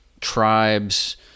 tribes